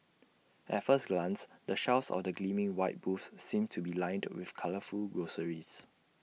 at first glance the shelves of the gleaming white booths seem to be lined with colourful groceries